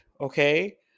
okay